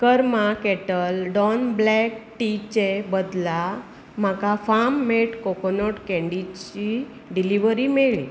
कर्मा Kettle Don black tea चे बदला म्हाका फार्म मेड कोकनट कैन्डीची डिलिव्हरी मेळ्ळी